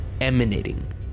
emanating